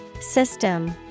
System